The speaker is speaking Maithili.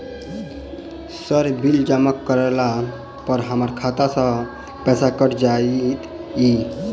सर बिल जमा करला पर हमरा खाता सऽ पैसा कैट जाइत ई की?